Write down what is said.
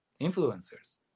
influencers